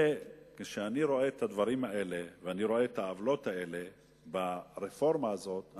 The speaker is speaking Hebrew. כשאני רואה את הדברים האלה ואני רואה את העוולות האלה ברפורמה הזאת,